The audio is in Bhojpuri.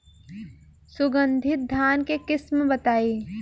सुगंधित धान के किस्म बताई?